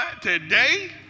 today